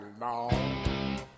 long